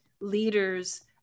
leaders